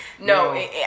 No